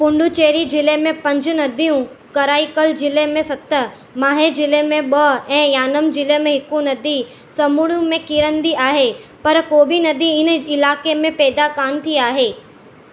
पुडुचेरी ज़िले में पंज नदियूं कराईकल ज़िले में सत माहे ज़िले में ॿ ऐं यानम ज़िले में हिकु नदी समुंड में किरंदी आहे पर को बि नदी हिन इलाइक़े में पैदा कान थी आहे